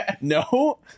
No